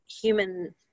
human